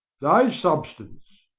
thy substance,